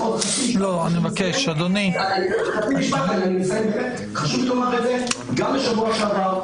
חשוב לי לומר שגם בשבוע שעבר,